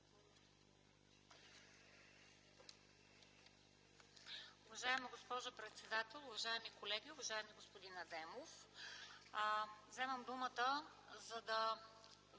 Уважаема госпожо председател, уважаеми колеги! Уважаеми господин Адемов, вземам думата, за да